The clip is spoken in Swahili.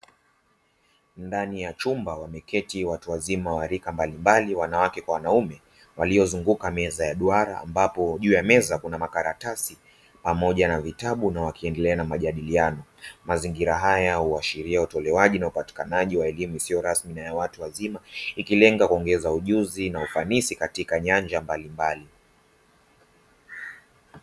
Ndani ya chumba wameketi watu wazima wa rika mbalimbali wanawake kwa wanaume, waliozunguka meza ya duara ambapo juu ya meza kuna makaratasi, pamoja na vitabu na wakiendelea na majadiliano, mazingira haya huashiria utolewaji na upatikanaji wa elimu isiyo rasmi na ya watu wazima ikilenga kuongeza ujuzi na ufanisi katika nyanja mbalimbali.